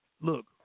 Look